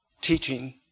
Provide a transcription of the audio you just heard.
teaching